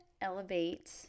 elevate